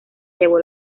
llevó